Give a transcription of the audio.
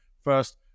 first